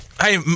hey